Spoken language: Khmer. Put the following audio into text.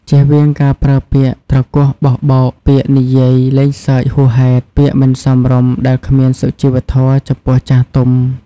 ជៀសវាងការប្រើពាក្យត្រគោះបោះបោក ពាក្យនិយាយលេងសើចហួសហេតុ ពាក្យមិនសមរម្យដែលគ្មានសុជីវធម៌ចំពោះចាស់ទុំ។